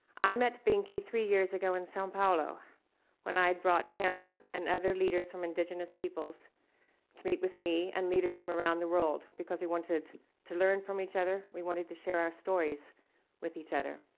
i met benki three years ago in sao paulo when i'd brought him and other leaders from indigenous peoples to meet with me and leaders from around the world, because we wanted to learn from each other. we wanted to share our stories with each other.